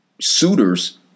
suitors